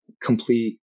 complete